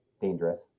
dangerous